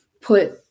put